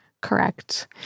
correct